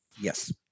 Yes